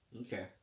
Okay